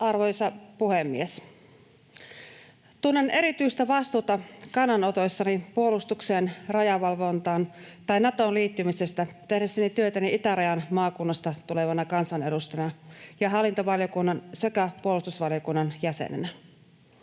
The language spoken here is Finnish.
Arvoisa puhemies! Tunnen erityistä vastuuta kannanotoissani puolustukseen, rajavalvontaan tai Natoon liittymiseen tehdessäni työtäni itärajan maakunnasta tulevana kansanedustajana ja hallintovaliokunnan sekä puolustusvaliokunnan jäsenenä.